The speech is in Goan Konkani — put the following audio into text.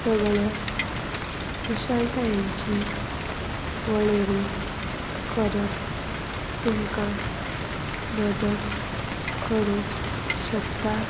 सगळ्या कुशळटायांची वळेरी करप तुमकां मदत करूंक शकता